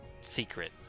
Secret